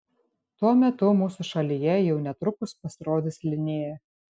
tuo metu mūsų šalyje jau netrukus pasirodys linea